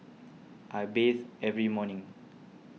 I bathe every morning